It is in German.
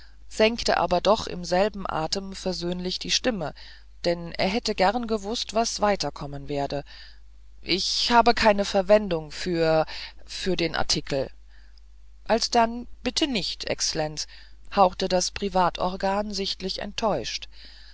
senkte aber noch im selben atem versöhnlich die stimme denn er hätte gern gewußt was weiter kommen werde ich habe keine verwendung für für den artikel alsdann bitte nicht exlenz hauchte das privatorgan sichtlich enttäuscht